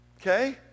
Okay